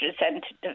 representative